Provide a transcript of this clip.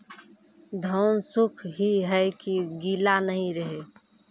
धान सुख ही है की गीला नहीं रहे?